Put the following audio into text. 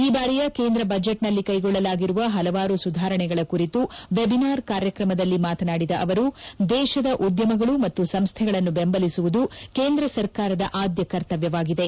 ಈ ಬಾರಿಯ ಕೇಂದ್ರ ಬಜೆಟ್ನಲ್ಲಿ ಕೈಗೊಳ್ಳಲಾಗಿರುವ ಹಲವಾರು ಸುಧಾರಣೆಗಳ ಕುರಿತು ವೆಬಿನಾರ್ ಕಾರ್ಯಕ್ರಮದಲ್ಲಿ ಮಾತನಾಡಿದ ಅವರು ದೇಶದ ಉದ್ಯಮಗಳು ಮತ್ತು ಸಂಸ್ಥೆಗಳನ್ನು ಬೆಂಬಲಿಸುವುದು ಕೇಂದ್ರ ಸರ್ಕಾರದ ಆದ್ಯ ಕರ್ತವ್ಯವಾಗಿದೆ